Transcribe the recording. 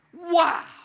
Wow